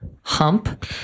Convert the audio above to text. Hump